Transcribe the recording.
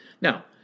Now